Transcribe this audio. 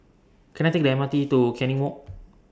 Can I Take The M R T to Canning Walk